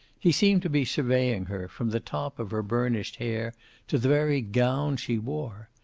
he seemed to be surveying her, from the top of her burnished hair to the very gown she wore.